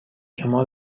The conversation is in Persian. شما